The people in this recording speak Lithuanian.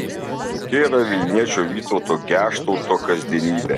tokia yra vilniečio vytauto geštauto kasdienybė